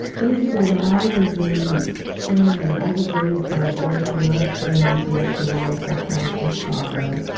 basically, when i was in training, i was raised by ah very left-brained, intellectual, psychiatrist father.